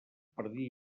perdia